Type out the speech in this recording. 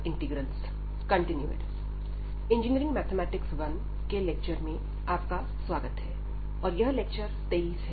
engineering mathematics 1 के lecture में आपका स्वागत है और यह लेक्चर 23 है